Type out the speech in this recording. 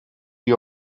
the